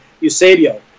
Eusebio